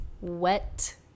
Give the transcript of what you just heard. Wet